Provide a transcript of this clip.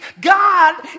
God